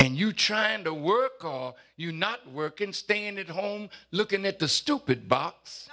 and you trying to work on you not working stand at home looking at the stupid box